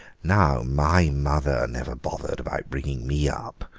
now, my mother never bothered about bringing me up.